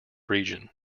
region